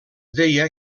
deia